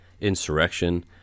insurrection